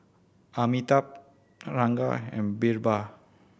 Amitabh Ranga and Birbal